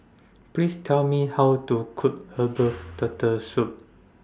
Please Tell Me How to Cook Herbal Turtle Soup